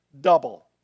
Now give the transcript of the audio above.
double